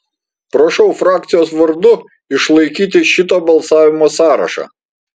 prašau frakcijos vardu išlaikyti šito balsavimo sąrašą